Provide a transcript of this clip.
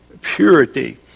purity